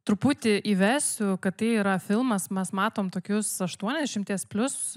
truputį įvesiu kad tai yra filmas mes matom tokius aštuoniasdešimties plius